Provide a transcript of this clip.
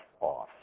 off